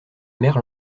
mère